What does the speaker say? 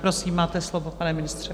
Prosím, máte slovo, pane ministře.